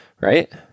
right